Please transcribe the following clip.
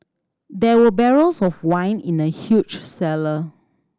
there were barrels of wine in the huge cellar